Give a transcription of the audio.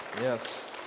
Yes